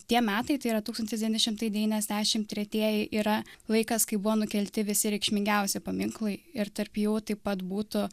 tie metai tai yra tūkstantis devyni šimtai devyniasdešim tretieji yra laikas kai buvo nukelti visi reikšmingiausi paminklai ir tarp jų taip pat būtų